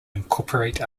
incorporate